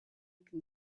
can